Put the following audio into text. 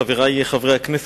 חברי חברי הכנסת,